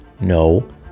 no